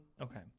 Okay